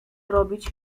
robić